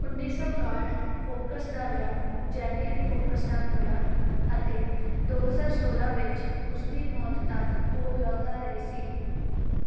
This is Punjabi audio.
ਉੱਨੀ ਸੌ ਇਕਾਹਠ ਫੌਕਸ ਦਾ ਵਿਆਹ ਜੈਕਲੀਨ ਫੌਕਸ ਨਾਲ ਹੋਇਆ ਅਤੇ ਦੋ ਹਜ਼ਾਰ ਸੌਲਾਂ ਵਿੱਚ ਉਸ ਦੀ ਮੌਤ ਤੱਕ ਉਹ ਵਿਆਹੁਤਾ ਰਹੇ ਸੀ